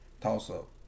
toss-up